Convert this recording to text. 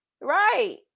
Right